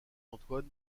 antoine